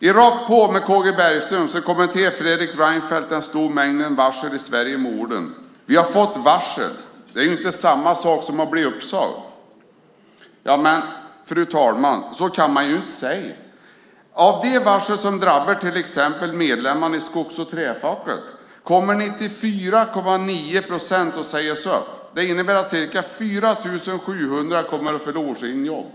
I Rakt på med K-G Bergström kommenterade Fredrik Reinfeldt den stora mängden varsel i Sverige med orden: Vi har fått varsel, men det är inte samma sak som att bli uppsagd. Men så kan man inte säga, fru talman. Av de varseldrabbade medlemmarna i Skogs och Träfacket kommer 94,9 procent att sägas upp. Det innebär att ca 4 700 personer kommer att förlora sina jobb.